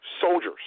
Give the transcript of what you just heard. soldiers